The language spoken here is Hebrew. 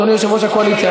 אדוני יושב-ראש הקואליציה,